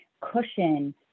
cushion